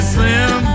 Slim